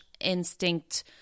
instinct